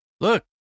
Look